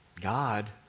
God